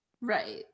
right